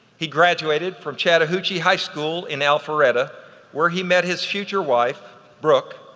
he graduated from chattahoochee high school in alpharetta where he met his future wife brooke.